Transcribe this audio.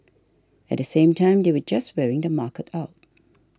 at the same time they were just wearing the market out